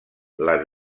les